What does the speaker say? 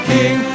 King